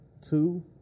two